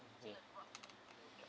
ya